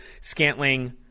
Scantling